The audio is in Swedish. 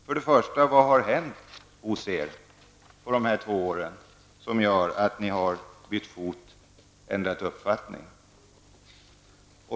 För det första: Vad har hänt hos er under de gångna två åren som gör att ni har ändrat uppfattning?